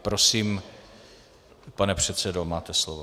Prosím, pane předsedo, máte slovo.